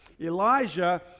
Elijah